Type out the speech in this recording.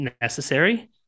necessary